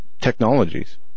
technologies